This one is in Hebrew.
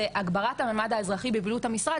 של הגברת המימד האזרחי בבעלות המשרד,